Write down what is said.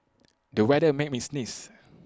the weather made me sneeze